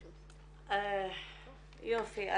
יופי.